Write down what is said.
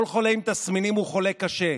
כל חולה עם תסמינים הוא חולה קשה.